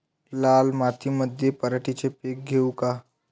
लाल मातीमंदी पराटीचे पीक घेऊ का?